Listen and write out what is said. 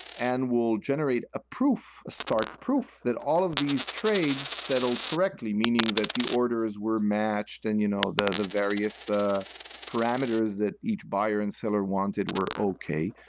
and will generate a proof, a stark proof, that all of these trades settled correctly. meaning that the orders were matched and you know the the various ah parameters that each buyer and seller wanted were okay.